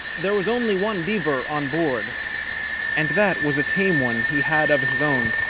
there was only one beaver on board and that was a tame one he had of his own,